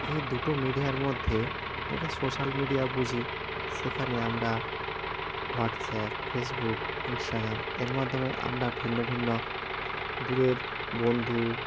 এই দুটো মিডিয়ার মধ্যে যেটা সোশ্যাল মিডিয়া বুঝি সেখানে আমরা হোয়াটসঅ্যাপ ফেসবুক ইনস্টাগ্রাম এর মাধ্যমে আমরা ভিন্ন ভিন্ন দূরের বন্ধু